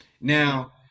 Now